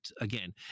again